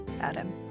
Adam